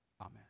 Amen